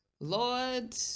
Lord